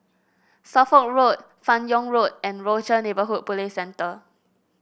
Suffolk Road Fan Yoong Road and Rochor Neighborhood Police Centre